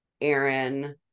Aaron